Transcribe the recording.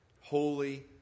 holy